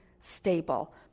stable